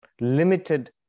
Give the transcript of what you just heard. limited